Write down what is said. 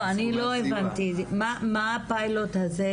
לא, אני לא הבנתי, מה הפיילוט הזה?